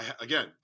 Again